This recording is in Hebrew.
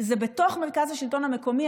זה בתוך מרכז השלטון המקומי,